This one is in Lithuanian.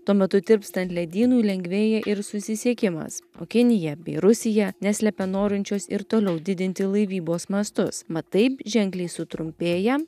tuo metu tirpstant ledynui lengvėja ir susisiekimas o kinija bei rusija neslepia norinčios ir toliau didinti laivybos mastus mat taip ženkliai sutrumpėja